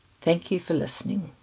thank you for listening.